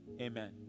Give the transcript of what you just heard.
Amen